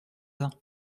uns